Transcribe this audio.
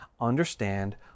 understand